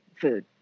food